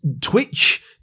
Twitch